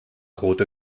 rote